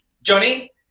Johnny